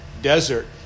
desert